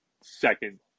second